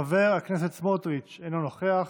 חבר הכנסת סמוטריץ' אינו נוכח.